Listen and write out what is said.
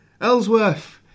Ellsworth